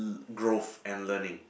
growth and learning